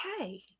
okay